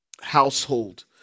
household